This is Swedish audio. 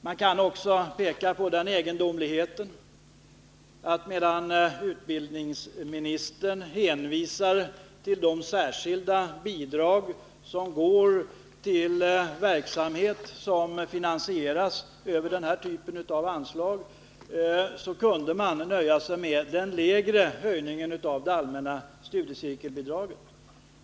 Jag kan också peka på den egendomligheten att utbildningsministern hänvisar till det särskilda bidraget till verksamhet som finansieras via konsumentverket som ett argument för att man borde kunna nöja sig med den lägre höjningen av det allmänna studiecirkelbidraget.